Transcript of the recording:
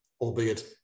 albeit